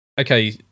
okay